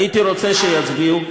הייתי רוצה שיצביעו.